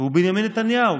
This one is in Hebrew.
והוא בנימין נתניהו.